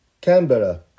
Canberra